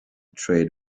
trade